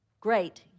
great